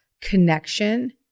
connection